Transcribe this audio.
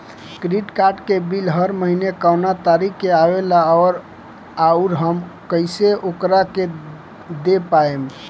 Credit card के bill हर महीना कौना तारीक के आवेला और आउर हम कइसे ओकरा के देख पाएम?